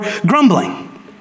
grumbling